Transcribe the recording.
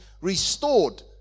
restored